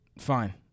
Fine